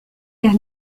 vers